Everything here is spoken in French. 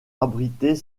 abriter